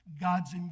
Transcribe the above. God's